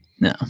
No